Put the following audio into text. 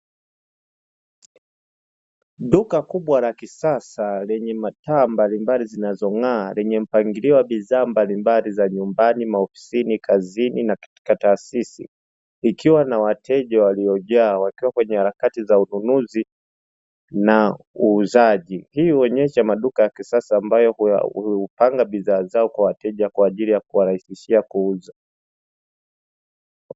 Duka kubwa la kisasa lenye taa mbalimbali zinazong’aa lenye mpangilio wa bidhaa mbalimbali za nyumbani, maofisini, kazini na katika taasisi likiwa na wateja waliojaa wakiwa katika harakati za ununuzi na uuzaji, hii huonyesha maduka ya kisasa ambayo hupanga bidhaa zao kwa wateja kwa ajili ya kuwarahisishia kuuza.